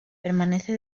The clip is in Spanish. permanece